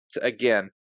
Again